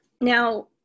now